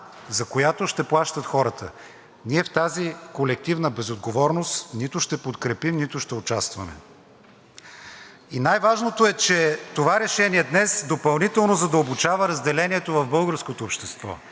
Най-важното е, че това решение днес допълнително задълбочава разделението в българското общество, което в същото време в голямото си мнозинство не приема въвличането на България в конфликта.